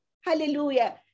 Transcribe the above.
Hallelujah